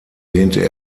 lehnte